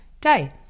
day